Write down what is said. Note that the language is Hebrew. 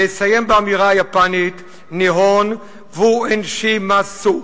ונסיים באמירה יפנית: Nihon Wo En Shimasu,